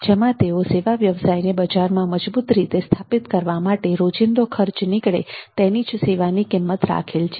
જેમાં તેઓ સેવા વ્યવસાયને બજારમાં મજબૂત રીતે સ્થાપિત કરવા માટે રોજિંદો ખર્ચ નીકળે તેની જ સેવાની કિંમત રાખેલ છે